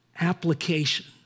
Application